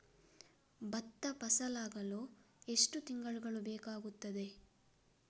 ಭತ್ತ ಫಸಲಾಗಳು ಎಷ್ಟು ತಿಂಗಳುಗಳು ಬೇಕಾಗುತ್ತದೆ?